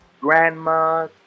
grandma